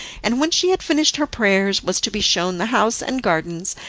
and when she had finished her prayers was to be shown the house and gardens,